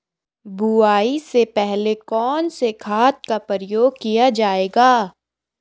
बुआई से पहले कौन से खाद का प्रयोग किया जायेगा?